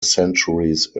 centuries